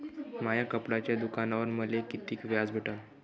माया कपड्याच्या दुकानावर मले कितीक व्याज भेटन?